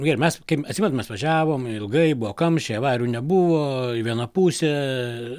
nu gerai mes kaip atsimenu mes važiavom ilgai buvo kamščiai avarijų nebuvo į vieną pusę